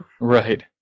right